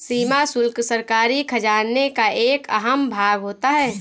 सीमा शुल्क सरकारी खजाने का एक अहम भाग होता है